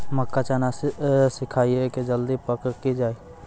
मक्का चना सिखाइए कि जल्दी पक की जय?